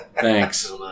Thanks